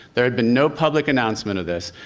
there had been no public announcement of this,